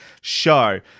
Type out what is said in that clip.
show